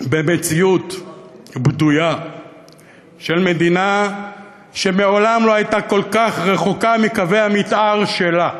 במציאות בדויה של מדינה שמעולם לא הייתה כל כך רחוקה מקווי המתאר שלה,